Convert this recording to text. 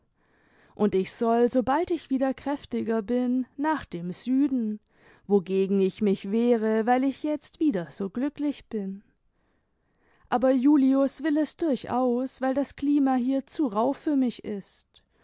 und ich soll sobald ich wieder kräftiger bin nach dem süden wogegen ich mich wehre weil ich jetzt wieder so glücklich bin aber julius will es durchaus weil das klima hier zu rauh für mich ist